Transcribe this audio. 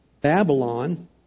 Babylon